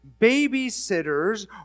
babysitters